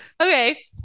Okay